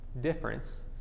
Difference